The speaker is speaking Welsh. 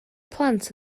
plant